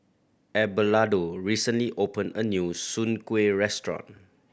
Abelardo recently opened a new Soon Kueh restaurant